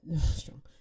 Strong